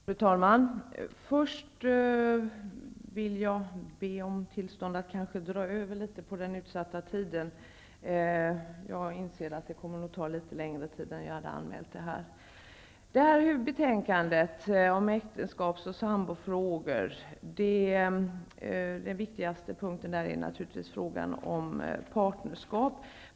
Fru talman! Först vill jag be om tillstånd att kanske dra över litet på den utsatta tiden. Jag inser att mitt anförande kommer att ta något längre tid än jag hade anmält. Den viktigaste punkten i betänkandet om äktenskaps och sambofrågor är naturligtvis frågan om partnerskap.